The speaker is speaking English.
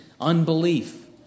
unbelief